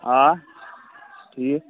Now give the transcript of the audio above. آ ٹھیٖک